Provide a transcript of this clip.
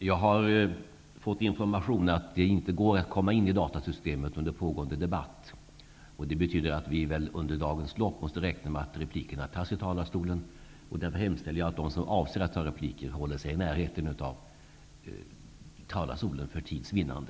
Jag har fått information om att det inte går att komma in i datasystemet under pågående debatt. Det betyder att vi under dagens lopp måste räkna med att replikerna tas från talarstolen. Därför hemställer jag att de som avser att ta repliker håller sig i närheten av talarstolen för tids vinnande.